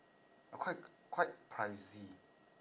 uh quite quite pricey